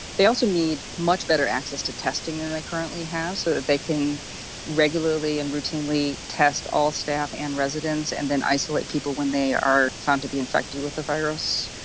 they also need much better access to testing than they currently have so that they can regularly and routinely test all staff and residents and then isolate people when they are found to be infected with the virus.